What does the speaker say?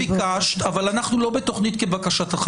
גבירתי, ביקשת, אבל אנחנו לא בתוכנית כבקשתך.